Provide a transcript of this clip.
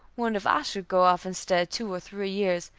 wonder if i should go off and stay two or three years,